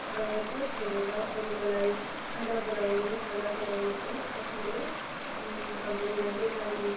त्यो छोडेर अरू मलाई खाना बनाउनु खाना बनाउनु पनि आफ्नो हाम्रो यहाँ नेपाली